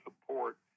support